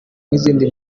nk’izindi